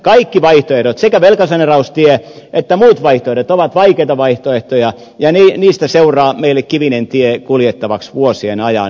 kaikki vaihtoehdot sekä velkasaneeraustie että muut vaihtoehdot ovat vaikeita vaihtoehtoja ja niistä seuraa meille kivinen tie kuljettavaksi vuosien ajan